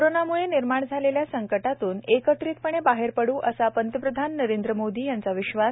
कोरोनाम्ळे निर्माण झालेल्या संकटातून एकत्रितपणे बाहेर पडू असा पंतप्रधान नरेंद्र मोदी यांचा विश्वास